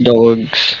Dogs